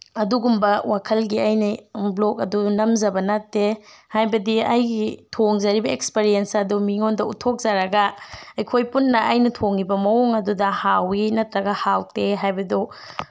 ꯑꯗꯨꯒꯨꯝꯕ ꯋꯥꯈꯜꯒꯤ ꯑꯩꯅ ꯕ꯭ꯂꯣꯛ ꯑꯗꯨ ꯅꯝꯖꯕ ꯅꯠꯇꯦ ꯍꯥꯏꯕꯗꯤ ꯑꯩꯒꯤ ꯊꯣꯡꯖꯔꯤꯕ ꯑꯦꯛꯁꯄꯔꯤꯌꯦꯟꯁ ꯑꯗꯨ ꯃꯤꯉꯣꯟꯗ ꯎꯠꯊꯣꯛꯆꯔꯒ ꯑꯩꯈꯣꯏ ꯄꯨꯟꯅ ꯑꯩꯅ ꯊꯣꯡꯉꯤꯕ ꯃꯑꯣꯡ ꯑꯗꯨꯗ ꯍꯥꯎꯋꯤ ꯅꯠꯇ꯭ꯔꯒ ꯍꯥꯎꯇꯦ ꯍꯥꯏꯕꯗꯨ